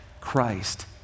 Christ